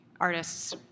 artists